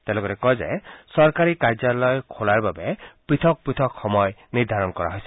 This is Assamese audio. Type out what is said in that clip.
তেওঁ লগতে কয় যে চৰকাৰী কাৰ্যালয় খোলাৰ বাবে দুটা পথক পৃথক সময় নিৰ্ধাৰণ কৰা হৈছে